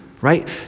right